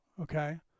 okay